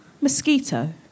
mosquito